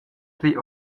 pli